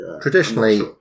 Traditionally